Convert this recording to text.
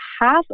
half